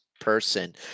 person